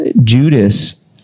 Judas